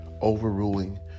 overruling